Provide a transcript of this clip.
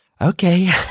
Okay